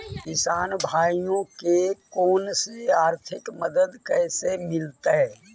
किसान भाइयोके कोन से आर्थिक मदत कैसे मीलतय?